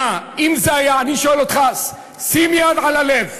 אני שואל אותך, יד על הלב,